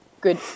good